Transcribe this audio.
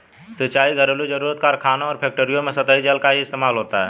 सिंचाई, घरेलु जरुरत, कारखानों और फैक्ट्रियों में सतही जल का ही इस्तेमाल होता है